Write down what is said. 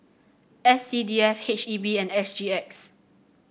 S C D F H E B and H G X